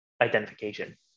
identification